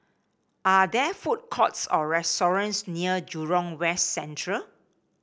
are there food courts or restaurants near Jurong West Central